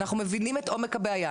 אנחנו מבינים את עומק הבעיה,